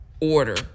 order